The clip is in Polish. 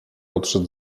odszedł